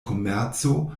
komerco